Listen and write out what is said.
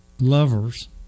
lovers